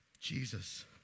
Jesus